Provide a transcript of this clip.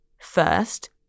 First